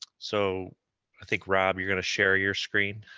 so i think, rob, you're gonna share your screen.